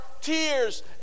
tears